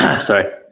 Sorry